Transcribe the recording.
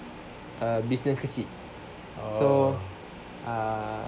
uh business kecil so uh